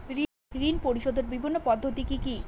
ঋণ পরিশোধের বিভিন্ন পদ্ধতি কি কি?